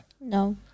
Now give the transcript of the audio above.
No